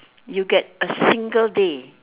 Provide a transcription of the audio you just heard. you get a single day